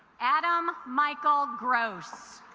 adam michael gross